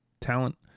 talent